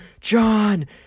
John